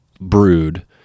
brood